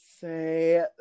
say